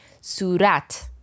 Surat